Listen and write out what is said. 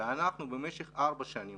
ואנחנו במשך ארבע שנים,